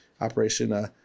Operation